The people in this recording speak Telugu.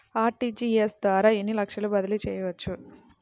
అర్.టీ.జీ.ఎస్ ద్వారా ఎన్ని లక్షలు బదిలీ చేయవచ్చు?